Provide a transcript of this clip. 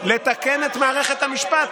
לתקן את מערכת המשפט,